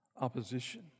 opposition